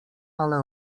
ale